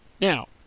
Now